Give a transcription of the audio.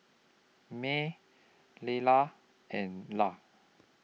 Mell Leyla and Lla